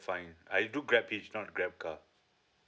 fine I do grab hitch down a grab car